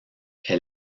est